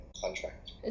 contract